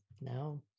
now